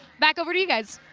back over to you guys.